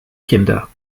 kinder